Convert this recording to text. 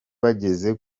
bageze